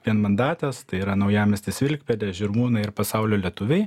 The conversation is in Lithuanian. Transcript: vienmandates tai yra naujamiestis vilkpėdė žirmūnai ir pasaulio lietuviai